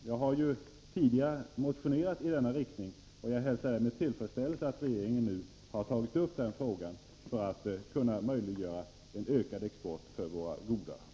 Jag har ju tidigare motionerat i den riktningen, och jag hälsar därför med tillfredsställelse att regeringen nu har tagit upp denna fråga för att möjliggöra ökad export av våra goda trähus.